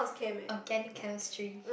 Organic Chemistry